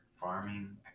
farming